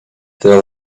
than